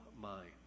mind